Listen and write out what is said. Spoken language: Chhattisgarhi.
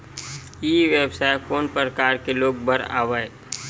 ई व्यवसाय कोन प्रकार के लोग बर आवे?